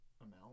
amount